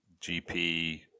GP